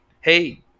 hey